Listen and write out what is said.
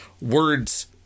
words